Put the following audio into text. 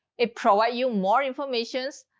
it provides you more information,